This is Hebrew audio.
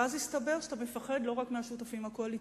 ואז הסתבר שאתה מפחד לא רק מהשותפים הקואליציוניים,